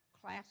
class